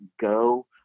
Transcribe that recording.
go